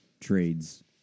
trades